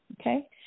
Okay